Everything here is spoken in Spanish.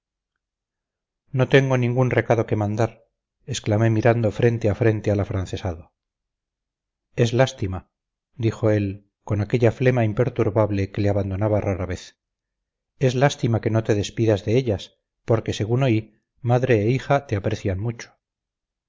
no tengo ningún recado que mandar exclamé mirando frente a frente al afrancesado es lástima dijo él con aquella flema imperturbable que le abandonaba rara vez es lástima que no te despidas de ellas porque según oí madre e hija te aprecian mucho